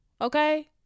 okay